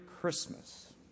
Christmas